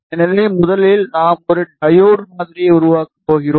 எனவே முதலில் நாம் ஒரு டையோடு மாதிரியை உருவாக்கப் போகிறோம்